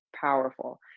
powerful